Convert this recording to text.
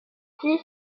six